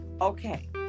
Okay